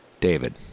David